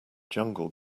jungle